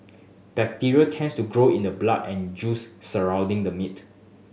bacteria tends to grow in the blood and juice surrounding the meat